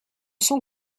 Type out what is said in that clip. son